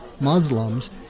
Muslims